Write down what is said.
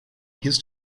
his